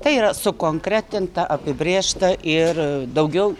tai yra sukonkretinta apibrėžta ir daugiau